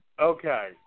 Okay